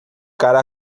cara